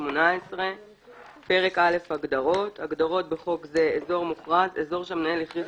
אושר 7/11/18 "אזור מוכרז" אזור שהמנהל הכריז